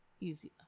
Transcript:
easier